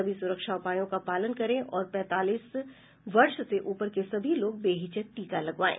सभी सुरक्षा उपायों का पालन करें और पैंतालीस वर्ष से ऊपर के सभी लोग बेहिचक टीका लगवाएं